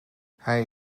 hij